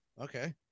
Okay